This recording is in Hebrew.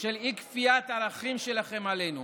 של אי-כפיית ערכים שלכם עלינו,